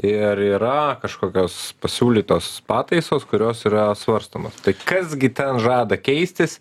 ir yra kažkokios pasiūlytos pataisos kurios yra svarstomos kas gi ten žada keistis